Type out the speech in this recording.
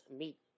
meat